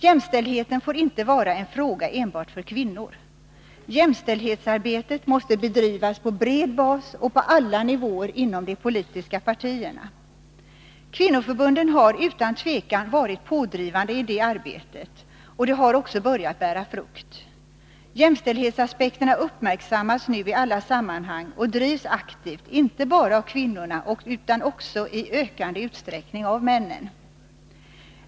Jämställdheten får inte vara en fråga enbart för kvinnor. Jämställdhetsarbetet måste bedrivas på bred bas och på alla nivåer inom de politiska partierna. Kvinnoförbunden har utan tvivel varit pådrivande i det arbetet, och det har börjat bära frukt. Jämställdhetsaspekterna uppmärksammas nu i alla sammanhang och drivs aktivt inte bara av kvinnorna utan också i ökande utsträckning av männen.